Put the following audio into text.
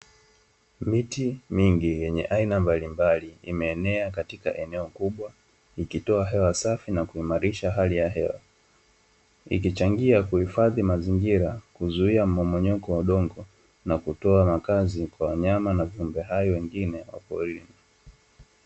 Miti mingi yenye aina mbalimbali imeenea katika eneo kubwa ikitoa hewa safi na kuimarisha hali ya hewa ikichangia kuhifadhi mazingira kuzuia mmomonyoko wa udongo na kutoa makazi kwa mnyama na viumbe hai wengine wa porini.